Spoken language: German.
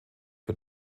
für